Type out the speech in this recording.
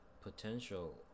Potential